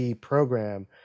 program